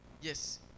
Yes